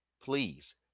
please